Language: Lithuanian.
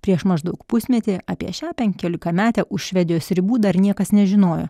prieš maždaug pusmetį apie šią penkiolikametę už švedijos ribų dar niekas nežinojo